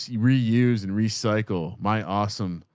reuse and recycle my awesome,